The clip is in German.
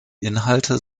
inhalte